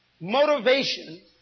motivation